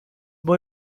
boy